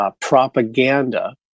Propaganda